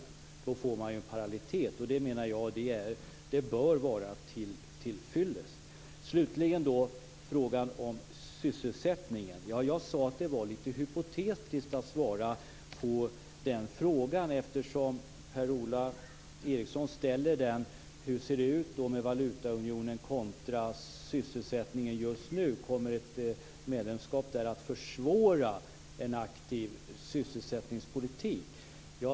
På så vis får man en parallellitet, och jag menar att det bör vara till fyllest. Jag sade att det var litet hypotetiskt att svara på Per-Ola Erikssons fråga om sysselsättning. Han frågade hur det ser ut med valutaunionen kontra sysselsättningen just nu, om ett medlemskap kommer att försvåra en aktiv sysselsättningspolitik.